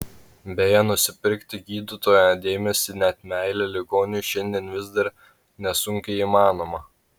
beje nusipirkti gydytojo dėmesį net meilę ligoniui šiandien vis dar nesunkiai įmanoma